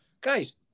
Guys